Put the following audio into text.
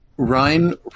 Ryan